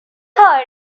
heard